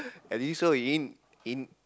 at least so it in in